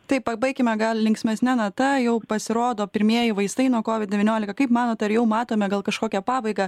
tai pabaikime gal linksmesne nata jau pasirodo pirmieji vaistai nuo kovid devyniolika kaip manot ar jau matome gal kažkokią pabaigą